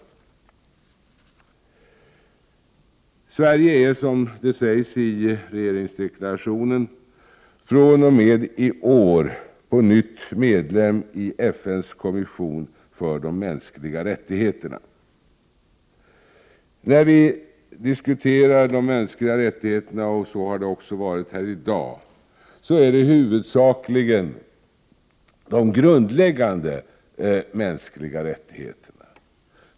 Sverige är, som det sägs i regeringsdeklarationen, fr.o.m. i år på nytt medlem i FN:s kommission för de mänskliga rättigheterna. När vi diskuterar de mänskliga rättigheterna, och så har det också varit här i dag, är det huvudsakligen fråga om de grundläggande mänskliga rättigheterna.